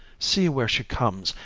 see where she comes,